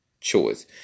choice